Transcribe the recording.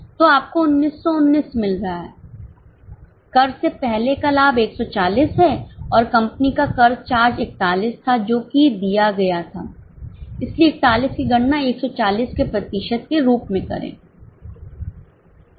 तो आपको 1919मिल रहा हैकर से पहले का लाभ 140 है और कंपनी का कर चार्ज 41 था जो कि दिया गया था इसलिए 41 की गणना 140 के प्रतिशत के रूप में करें